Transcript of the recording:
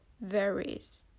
varies